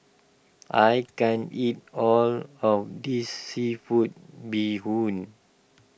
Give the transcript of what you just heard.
I can't eat all of this Seafood Bee Hoon